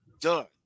done